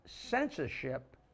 censorship